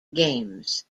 games